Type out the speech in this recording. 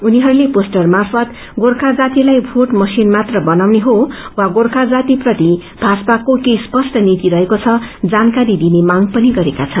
उनीहरूले पोस्टर मार्फत गोर्खा जातिलाई भोट मशिन मात्र बनाउने हो वा गोर्खा जाति प्रति भाजपाको के स्पष्ट नीति रहेको छ जानकारी दिने माग पनि गरेका छन्